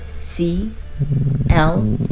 C-L